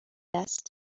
است